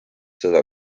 seda